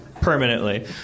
permanently